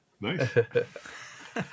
Nice